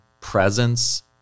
presence